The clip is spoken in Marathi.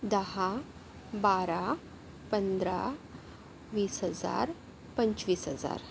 दहा बारा पंधरा वीस हजार पंचवीस हजार